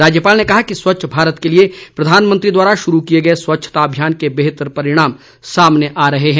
राज्यपाल ने कहा कि स्वच्छ भारत के लिए प्रधानमंत्री द्वारा शुरू किए गए स्वच्छता अभियान के बेहतर परिणाम सामने आ रहे हैं